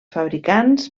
fabricants